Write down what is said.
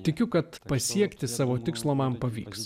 tikiu kad pasiekti savo tikslą man pavyks